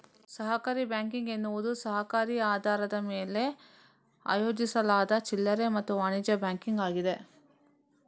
ಸಹಕಾರಿ ಬ್ಯಾಂಕಿಂಗ್ ಎನ್ನುವುದು ಸಹಕಾರಿ ಆಧಾರದ ಮೇಲೆ ಆಯೋಜಿಸಲಾದ ಚಿಲ್ಲರೆ ಮತ್ತು ವಾಣಿಜ್ಯ ಬ್ಯಾಂಕಿಂಗ್ ಆಗಿದೆ